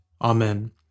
Amen